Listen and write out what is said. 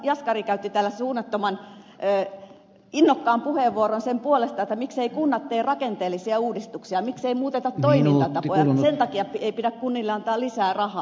jaskari käytti täällä suunnattoman innokkaan puheenvuoron ja kysyi mikseivät kunnat tee rakenteellisia uudistuksia miksei muuteta toimintatapoja hänen mukaansa sen takia ei pidä kunnille antaa lisää rahaa